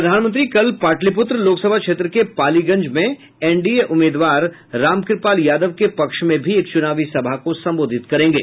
प्रधानमंत्री कल पाटलिपुत्र लोकसभा क्षेत्र के पालीगंज में एनडीए उम्मीदवार रामकृपाल यादव के पक्ष में भी एक चुनावी सभा को संबोधित करेंगे